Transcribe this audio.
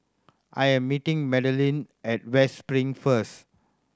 I am meeting Madelyn at West Spring first